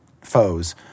foes